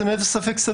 אני מתנצל,